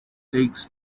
takes